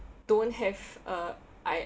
don't have uh I